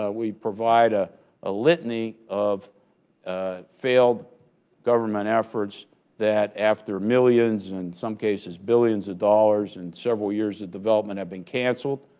ah we provide a a litany of failed government efforts that after millions, and some cases billions, of dollars and several years of development have been cancelled,